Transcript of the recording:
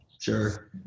Sure